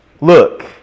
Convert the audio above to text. look